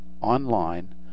online